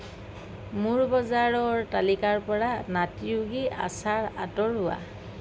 মোৰ বজাৰৰ তালিকাৰ পৰা নাটী য়োগী আচাৰ আঁতৰোৱা